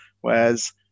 whereas